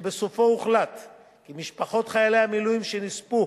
ובסופו הוחלט כי משפחות חיילי המילואים שנספו